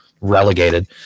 relegated